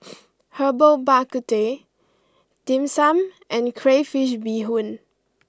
Herbal Bak Ku Teh Dim Sum and Crayfish Beehoon